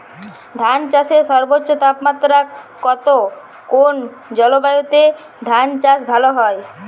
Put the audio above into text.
ধান চাষে সর্বোচ্চ তাপমাত্রা কত কোন জলবায়ুতে ধান চাষ ভালো হয়?